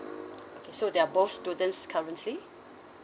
okay so they're both students currently